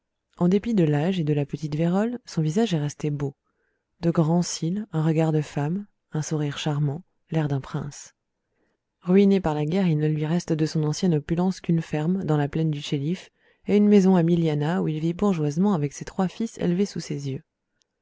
en dépit de l'âge et de la petite vérole son visage est resté beau de grands cils un regard de femme un sourire charmant l'air d'un prince ruiné par la guerre il ne lui reste de son ancienne opulence qu'une ferme dans la plaine du chélif et une maison à milianah où il vit bourgeoisement avec ses trois fils élevés sous ses yeux